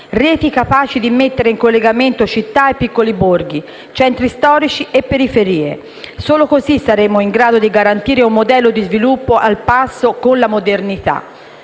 reti capaci di mettere in collegamento città e piccoli borghi, centri storici e periferie; solo così saremo in grado di garantire un modello di sviluppo al passo con la modernità,